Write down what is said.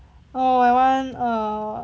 oh I want err